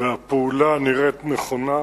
והפעולה נראית נכונה.